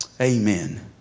Amen